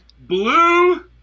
blue